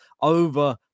over